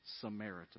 Samaritan